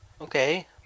Okay